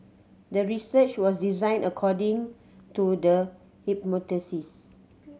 the research was designed according to the hypothesis